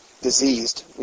diseased